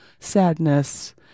Sadness